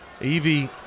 Evie